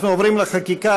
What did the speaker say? אנחנו עוברים לחקיקה.